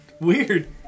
Weird